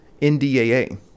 NDAA